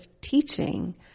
teaching